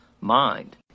mind